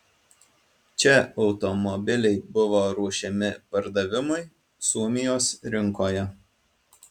čia automobiliai buvo ruošiami pardavimui suomijos rinkoje